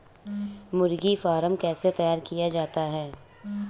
मुर्गी फार्म कैसे तैयार किया जाता है?